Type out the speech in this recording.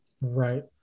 right